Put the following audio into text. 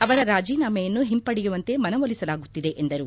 ಅವರ ರಾಜೀನಾಮೆಯನ್ನು ಹಿಂಪಡೆಯುವಂತೆ ಮನವೊಲಿಸಲಾಗುತ್ತಿದೆ ಎಂದರು